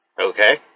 Okay